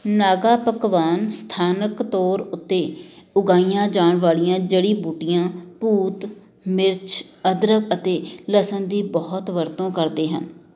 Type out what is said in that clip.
ਨਾਗਾ ਪਕਵਾਨ ਸਥਾਨਕ ਤੌਰ ਉੱਤੇ ਉਗਾਈਆਂ ਜਾਣ ਵਾਲੀਆਂ ਜੜੀ ਬੂਟੀਆਂ ਭੂਤ ਮਿਰਚ ਅਦਰਕ ਅਤੇ ਲਸਣ ਦੀ ਬਹੁਤ ਵਰਤੋਂ ਕਰਦੇ ਹਨ